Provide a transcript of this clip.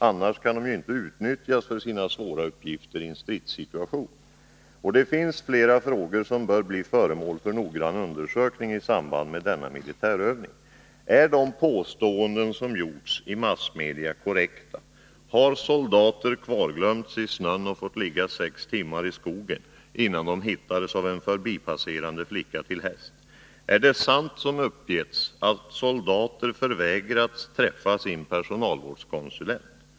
Annars kan de ju inte utnyttjas för sina svåra uppgifter i en stridssituation. Det finns flera frågor som bör bli föremål för noggrann undersökning i samband med denna militärövning. Är de påståenden som gjorts i massmedia korrekta? Har soldater kvarglömts i snön och fått ligga sex timmar i skogen innan de hittades av en förbipasserande flicka till häst? Är det sant, som uppgetts, att soldater förvägrats träffa sin personalvårdskonsulent?